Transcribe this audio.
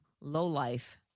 low-life